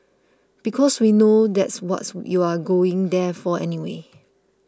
because we know that's what's you're going there for anyway